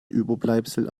überbleibsel